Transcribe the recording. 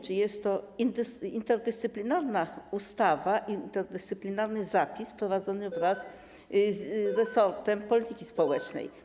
Czy jest to interdyscyplinarna ustawa, interdyscyplinarny zapis prowadzony wraz z resortem polityki społecznej?